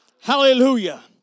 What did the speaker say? Hallelujah